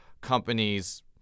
companies –